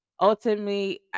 ultimately